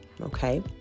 okay